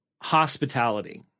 hospitality